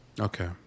okay